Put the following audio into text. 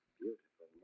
beautiful